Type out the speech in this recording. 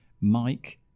Mike